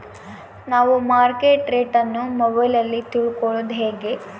ನಾವು market rate ಅನ್ನು ಮೊಬೈಲಲ್ಲಿ ತಿಳ್ಕಳೋದು ಹೇಗೆ?